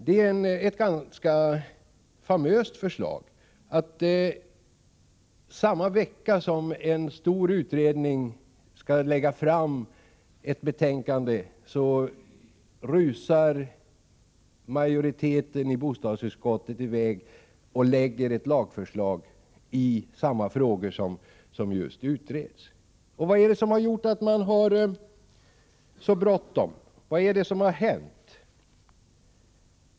Det är ganska famöst att majoriteten i bostadsutskottet — samma vecka som en stor utredning skall lägga fram ett betänkande — rusar i väg och lägger fram ett lagförslag i samma frågor som de som utreds. Varför har man så bråttom? Vad är det som har hänt?